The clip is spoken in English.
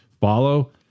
follow